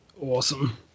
awesome